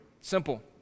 simple